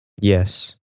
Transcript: Yes